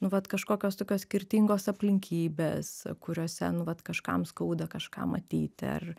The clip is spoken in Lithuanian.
nu vat kažkokios tokios skirtingos aplinkybės kuriose nu vat kažkam skauda kažką matyti ar